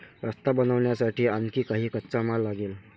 रस्ता बनवण्यासाठी आणखी काही कच्चा माल लागेल